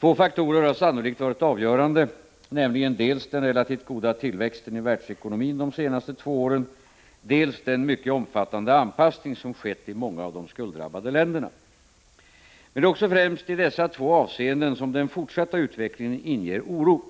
Två faktorer har sannolikt varit avgörande, nämligen dels den relativt goda tillväxten i världsekonomin de senaste två åren, dels den mycket omfattande anpassning som skett i många av de skulddrabbade länderna. Men det är också främst i dessa två avseenden som den fortsatta utvecklingen inger oro.